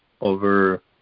over